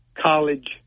college